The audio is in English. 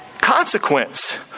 consequence